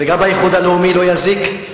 וגם באיחוד הלאומי לא יזיק.